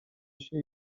się